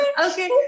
Okay